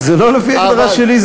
זה לא לפי הגדרה שלי,